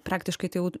praktiškai tai